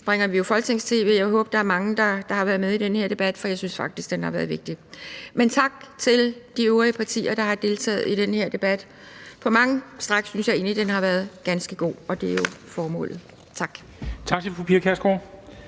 bringer vi Folketings-tv, og jeg håber, at der er mange, der har været med i den her debat, for jeg synes faktisk, at den har været vigtig. Men tak til de øvrige partier, der har deltaget i den her debat – på lange stræk synes jeg egentlig, at den har været ganske god, og det er jo formålet. Tak.